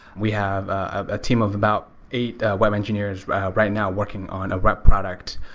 we have a team of about eight web engineers right now working on a wep product.